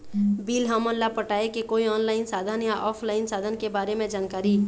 Bill हमन ला पटाए के कोई ऑनलाइन साधन या ऑफलाइन साधन के बारे मे जानकारी?